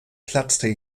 platzte